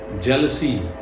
jealousy